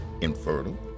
infertile